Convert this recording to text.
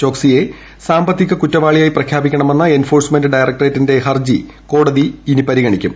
ചോക്സിയെ സാമ്പത്തിക കുറ്റവാളിയായി പ്രഖ്യാപിക്കണമെന്ന എൻഫോഴ്സ്മെന്റ് ഡയറ്ക്ടറേറ്റിന്റെ ഹർജി കോടതി ഇനി പരിഗണിക്കും